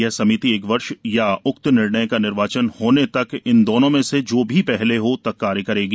यह समिति एक वर्ष तक या उक्त निर्णय का निर्वाचन होने तक इन दोनों में से जो भी पहले हो तक कार्य करेगी